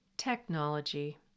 Technology